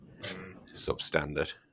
Substandard